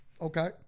Okay